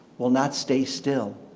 will not stay still.